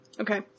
Okay